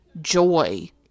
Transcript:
joy